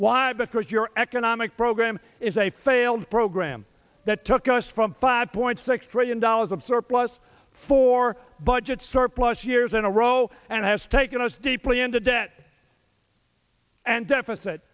why because your economic program is a failed program that took us from five point six trillion dollars of surplus four budget surplus years in a row and has taken us deeply into debt and deficit